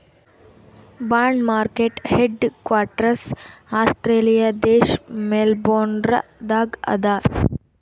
bond market headquarters Australia ದೇಶ್ Melbourne ದಾಗ್ ಅದಾ